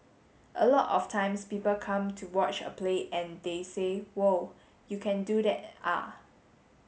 a lot of times people come to watch a play and they say whoa you can do that ah